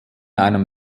einem